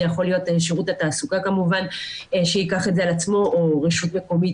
זה יכול להיות שירות התעסוקה כמובן שייקח את זה על עצמו או רשות מקומית.